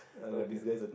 okay